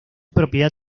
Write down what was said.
propiedad